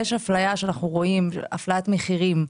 יש אפליה שאנחנו רואים אפליית מחירים,